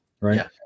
right